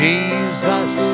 Jesus